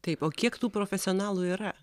taip o kiek tų profesionalų yra